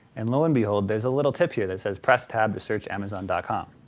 and lo and behold there's a little tip here that says press tab to search amazon and com.